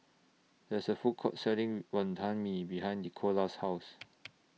There IS A Food Court Selling Wonton Mee behind Nickolas' House